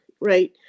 right